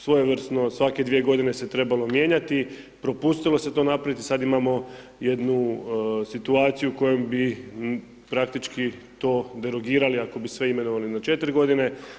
Svojevrsno svake dvije godine se trebalo mijenjati, propustilo se to napraviti, sad imamo jednu situaciju koju bi praktički to derogirali ako bi sve imenovali na 4 godine.